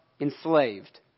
enslaved